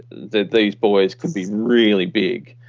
that these boys could be really big.